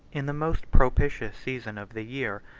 in the most propitious season of the year,